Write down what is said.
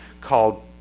called